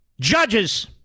judges